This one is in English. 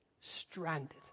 stranded